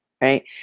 right